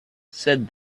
said